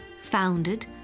founded